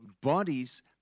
bodies